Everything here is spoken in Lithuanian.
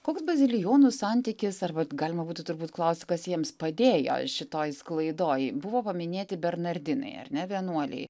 koks bazilijonų santykis arba galima būtų turbūt klaust kas jiems padėjo šitoj sklaidoj buvo paminėti bernardinai ar ne vienuoliai